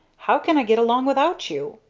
how can i get along without you!